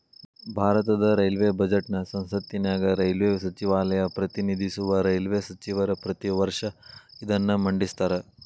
ಭಾರತದ ರೈಲ್ವೇ ಬಜೆಟ್ನ ಸಂಸತ್ತಿನ್ಯಾಗ ರೈಲ್ವೇ ಸಚಿವಾಲಯ ಪ್ರತಿನಿಧಿಸುವ ರೈಲ್ವೇ ಸಚಿವರ ಪ್ರತಿ ವರ್ಷ ಇದನ್ನ ಮಂಡಿಸ್ತಾರ